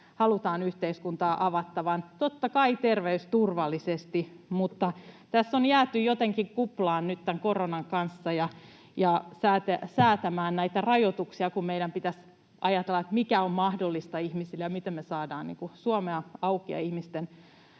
halutaan yhteiskuntaa avattavan — totta kai terveysturvallisesti. Tässä on jääty jotenkin kuplaan nyt tämän koronan kanssa ja säätämään näitä rajoituksia, kun meidän pitäisi ajatella sitä, mikä on mahdollista ihmisille ja miten me saadaan Suomea auki ja ihmisten